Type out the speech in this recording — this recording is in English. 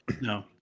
No